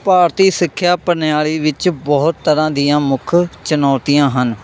ਭਾਰਤੀ ਸਿੱਖਿਆ ਪ੍ਰਣਾਲੀ ਵਿੱਚ ਬਹੁਤ ਤਰ੍ਹਾਂ ਦੀਆਂ ਮੁੱਖ ਚੁਣੌਤੀਆਂ ਹਨ